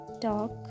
talk